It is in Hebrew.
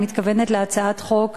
אני מתכוונת להצעת חוק